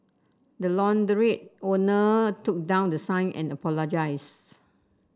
the launderette owner took down the sign and apologised